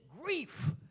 grief